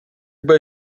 bude